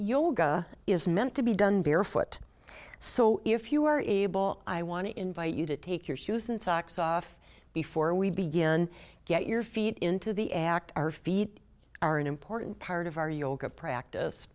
yoga is meant to be done barefoot so if you are able i want to invite you to take your shoes and socks off before we begin get your feet into the act our feet are an important part of our yoga practice